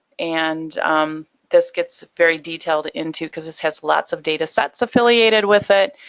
and this gets very detailed into, because this has lots of datasets affiliated with it.